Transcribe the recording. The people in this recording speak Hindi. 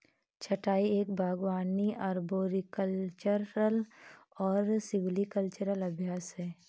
छंटाई एक बागवानी अरबोरिकल्चरल और सिल्वीकल्चरल अभ्यास है